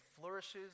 flourishes